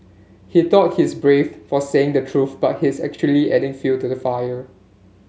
he thought he's brave for saying the truth but he's actually adding fuel to the fire